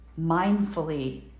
mindfully